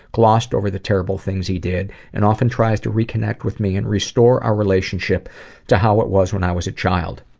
glossed over the terrible things he did, and often tries to reconnect with me and restore our relationship to how it was when i was a child.